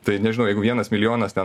tai nežinau jeigu vienas milijonas ten